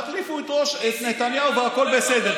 תחליפו את נתניהו והכול בסדר.